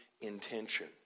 intention